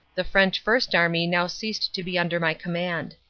the french first l rmy now ceased to be under my command.